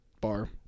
Bar